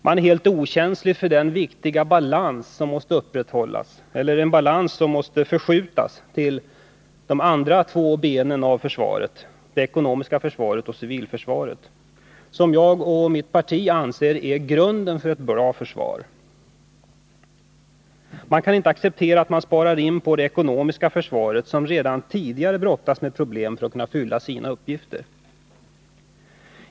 Man är helt okänslig för att balansen måste upprätthållas genom en förskjutning av resurserna till de andra två benen inom försvaret: det ekonomiska försvaret och civilförsvaret, som jag och mitt parti anser vara grunden för ett bra försvar. Vi kan inte accepetera att man sparar in på det ekonomiska försvaret, som redan tidigare brottas med problem för att kunna fullgöra sina uppgifter.